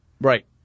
Right